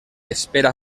espera